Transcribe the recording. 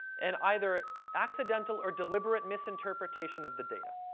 an either accidental or deliberate misinterpretation of the data.